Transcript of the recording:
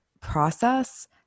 process